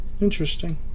Interesting